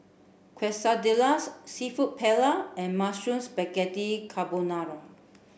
Quesadillas Seafood Paella and Mushroom Spaghetti Carbonara